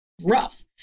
rough